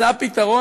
מצא פתרון,